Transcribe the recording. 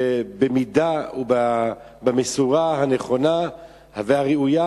במידה ובמשורה הנכונה והראויה,